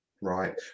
Right